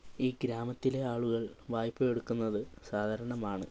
ഈ ഗ്രാമത്തിലെ ആളുകൾ വായ്പയെടുക്കുന്നത് സാധാരണമാണ്